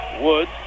Woods